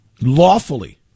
lawfully